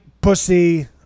pussy